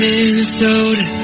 Minnesota